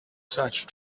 such